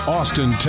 Austin